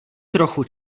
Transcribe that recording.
trochu